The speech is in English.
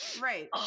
Right